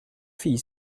fille